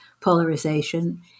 polarization